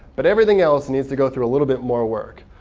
but everything else needs to go through a little bit more work.